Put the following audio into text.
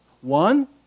One